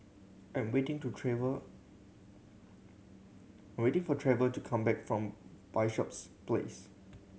I'm waiting to Trever I'm waiting for Trever to come back from Bishops Place